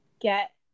get